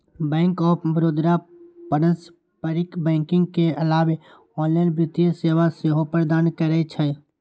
bank of Baroda पारंपरिक banking के अलावे ऑनलाइन वित्तीय सेवा सेहो प्रदान करै छै